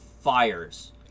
fires